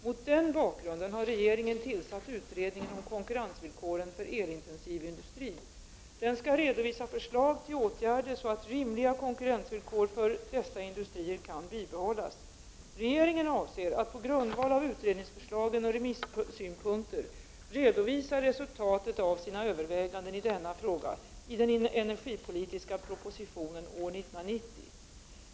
Mot den bakgrunden har regeringen tillsatt utredningen om konkurrensvillkoren för elintensiv industri. Den skall redovisa förslag till åtgärder, så att rimliga konkurrensvillkor för dessa industrier kan bibehållas. Regeringen avser att på grundval av utredningsförslagen och remissynpunkter redovisa resultatet av sina överväganden i denna fråga i den energipolitiska propositionen år 1990.